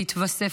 בהתווסף,